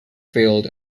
failed